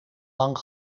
lang